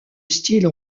style